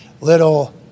little